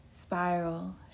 Spiral